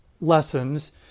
lessons